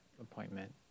appointment